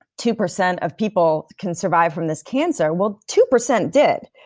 two percent of people can survive from this cancer, well two percent did.